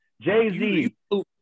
Jay-Z